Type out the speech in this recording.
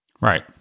Right